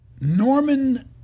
Norman